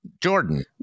Jordan